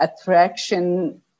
attraction